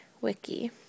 wiki